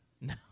No